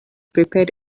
prepared